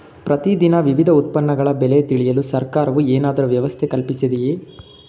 ಪ್ರತಿ ದಿನ ವಿವಿಧ ಉತ್ಪನ್ನಗಳ ಬೆಲೆ ತಿಳಿಯಲು ಸರ್ಕಾರವು ಏನಾದರೂ ವ್ಯವಸ್ಥೆ ಕಲ್ಪಿಸಿದೆಯೇ?